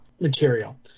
material